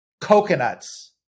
coconuts